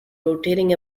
rotating